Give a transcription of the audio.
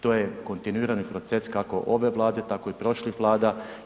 To je kontinuirani proces kako ove Vlade, tako i prošlih Vlada.